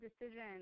decision